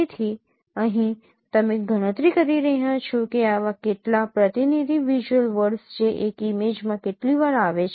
તેથી અહીં તમે ગણતરી કરી રહ્યાં છો કે આવા કેટલા પ્રતિનિધિ વિઝ્યુઅલ વર્ડસ જે એક ઇમેજમાં કેટલી વાર આવે છે